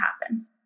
happen